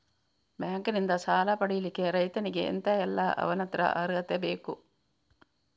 Bank ನಿಂದ ಸಾಲ ಪಡಿಲಿಕ್ಕೆ ರೈತನಿಗೆ ಎಂತ ಎಲ್ಲಾ ಅವನತ್ರ ಅರ್ಹತೆ ಬೇಕು?